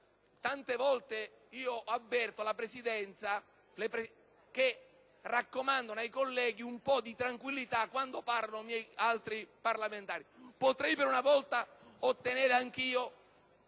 Tante volte sento la Presidenza che raccomanda ai colleghi un po' di tranquillità quando parlano altri senatori. Potrei per una volta ottenere anch'io...